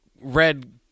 red